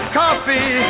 coffee